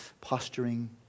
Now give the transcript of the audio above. posturing